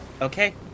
okay